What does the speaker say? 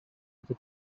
over